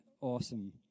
awesome